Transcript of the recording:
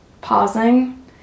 pausing